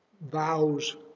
vows